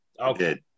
okay